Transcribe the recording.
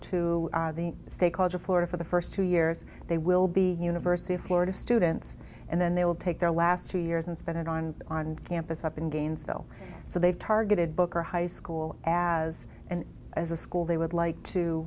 to the state college of florida for the first two years they will be university of florida students and then they will take their last two years and spend it on on campus up in gainesville so they've targeted booker high school as an as a school they would like to